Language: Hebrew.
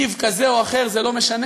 ניב כזה או אחר, זה לא משנה.